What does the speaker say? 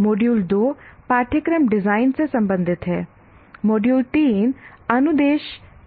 module 2 पाठ्यक्रम design से संबंधित है मॉड्यूल 3 अनुदेश